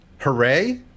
hooray